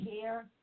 care